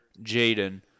Jaden